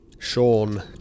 Sean